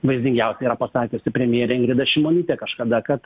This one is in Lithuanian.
vaizdingiausiai yra pasakiusi premjerė ingrida šimonytė kažkada kad